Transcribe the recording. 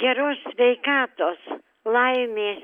geros sveikatos laimės